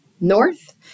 north